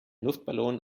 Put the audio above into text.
luftballon